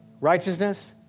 Righteousness